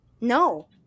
No